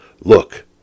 look